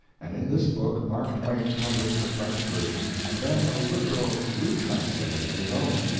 and in this book mark twain published the french version and then a literal retranslation of his own,